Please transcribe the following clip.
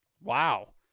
Wow